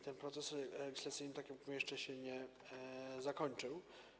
Ten proces legislacyjny, tak jak mówię, jeszcze się nie zakończył.